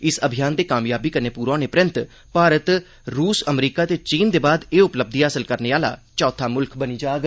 इस अभियान दे कामयाबी कन्नै पूरा होने परैंत भारत रूस अमरीका ते चीन दे बाद एह् उपलब्धि हासिल करने आला चौथा मुल्ख बनी जाग